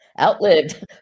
outlived